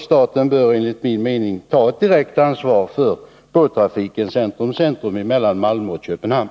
Staten bör enligt min mening ta ett direkt ansvar för båttrafiken centrum-—centrum, mellan Malmö och Köpenhamn.